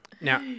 now